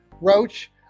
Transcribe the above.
Roach